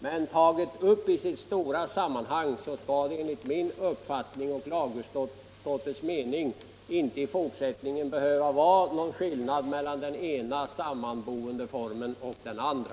Men i det större sammanhanget skall det enligt min och lagutskottets mening i fortsättningen inte behöva vara någon skillnad mellan den ena samboendeformen och den andra.